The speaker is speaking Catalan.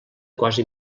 quasi